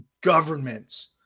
governments